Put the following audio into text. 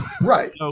Right